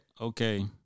okay